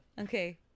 Okay